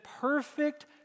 perfect